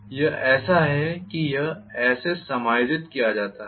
यह ऐसा है कि यह ऐसे समायोजित किया जाता है